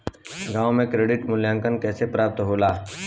गांवों में क्रेडिट मूल्यांकन कैसे प्राप्त होला?